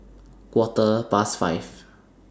Quarter Past five